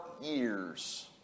Years